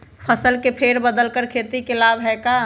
फसल के फेर बदल कर खेती के लाभ है का?